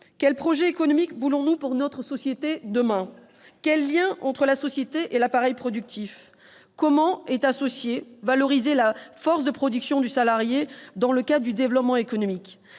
quel projet économique voulons-nous pour notre société demain ? Quel lien dresser entre la société et l'appareil productif ? Comment est associée et valorisée la force de production du salarié dans le cadre de ce développement économique ?